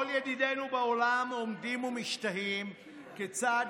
כל ידידינו בעולם עומדים ומשתאים כיצד